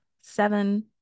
seven